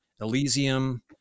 Elysium